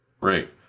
right